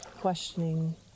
questioning